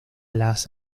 las